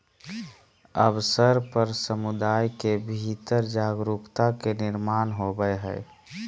अवसर पर समुदाय के भीतर जागरूकता के निर्माण होबय हइ